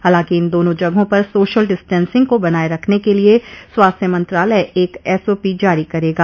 हालांकि इन दोनों जगहों पर सोशल डिस्टेंसिंग को बनाए रखने के लिए स्वास्थ्य मंत्रालय एक एसआपी जारी करेगा